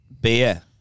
beer